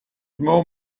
more